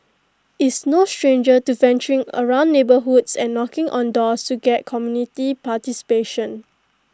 is no stranger to venturing around neighbourhoods and knocking on doors to get community participation